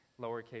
lowercase